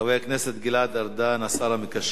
חבר הכנסת גלעד ארדן, השר המקשר.